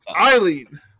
Eileen